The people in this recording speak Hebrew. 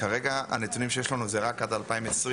כרגע הנתונים שיש אצלנו זה רק עד 2022,